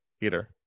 Peter